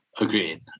agreed